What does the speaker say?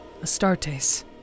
Astartes